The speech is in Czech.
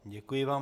Děkuji vám.